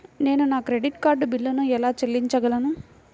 నేను నా credit card బిల్లును ఎలా చెల్లించగలను?